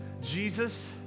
Jesus